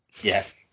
Yes